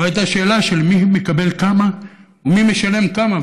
לא הייתה שאלה של מי מקבל כמה ומי משלם כמה,